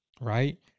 right